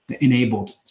enabled